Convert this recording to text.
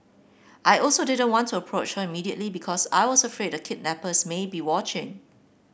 I also didn't want to approach her immediately because I was afraid the kidnappers may be watching